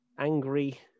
Angry